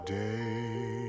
day